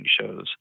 shows